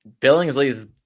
Billingsley's